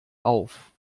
auf